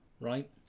right